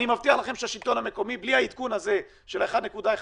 אני מבטיח לכם שהשלטון המקומי בלי העדכון הזה של ה-1.1%,